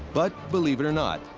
but believe it or not,